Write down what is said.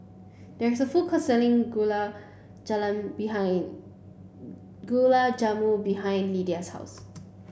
there is a food court selling Gulab Jalan behing Gulab Jamun behind Lyda's house